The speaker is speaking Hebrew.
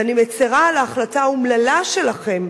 ואני מצרה על ההחלטה האומללה שלכם,